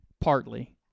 Partly